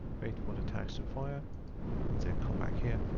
wait for the tax to fire and then come back here.